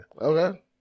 Okay